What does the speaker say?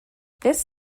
this